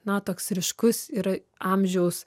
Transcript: na toks ryškus yra amžiaus